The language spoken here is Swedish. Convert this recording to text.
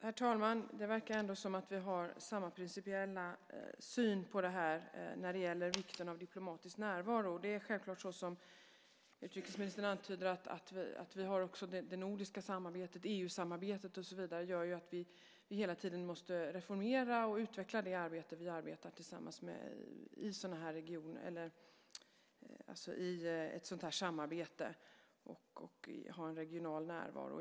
Herr talman! Det verkar ändå som att vi har samma principiella syn på vikten av diplomatisk närvaro. Det är självklart så som utrikesministern antyder, att vi också har det nordiska samarbetet. EU-samarbetet och så vidare gör ju att vi hela tiden måste reformera och utveckla ett sådant här samarbete och ha en regional närvaro.